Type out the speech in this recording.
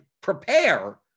prepare